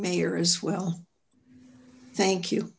mayor as well thank you